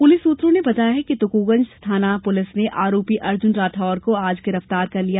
police सूत्रों ने बताया कि तुकोगंज थाना पुलिस ने आरोपी अर्जुन राठौर को आज गिरफ्तार कर लिया